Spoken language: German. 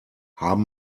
haben